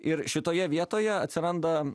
ir šitoje vietoje atsiranda